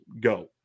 go